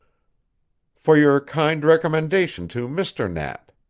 for your kind recommendation to mr. knapp.